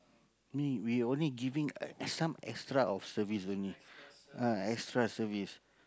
me we only giving uh some extra of service only ah extra service